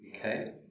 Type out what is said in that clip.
Okay